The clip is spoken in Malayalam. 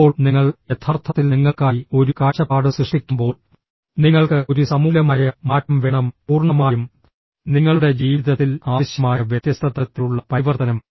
ഇപ്പോൾ നിങ്ങൾ യഥാർത്ഥത്തിൽ നിങ്ങൾക്കായി ഒരു കാഴ്ചപ്പാട് സൃഷ്ടിക്കുമ്പോൾ നിങ്ങൾക്ക് ഒരു സമൂലമായ മാറ്റം വേണം പൂർണ്ണമായും നിങ്ങളുടെ ജീവിതത്തിൽ ആവശ്യമായ വ്യത്യസ്ത തരത്തിലുള്ള പരിവർത്തനം